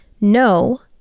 no